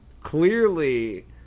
clearly